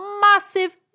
massive